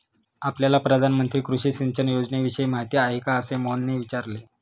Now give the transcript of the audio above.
आपल्याला प्रधानमंत्री कृषी सिंचन योजनेविषयी माहिती आहे का? असे मोहनने विचारले